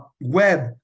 web